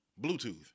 Bluetooth